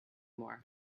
more